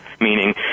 meaning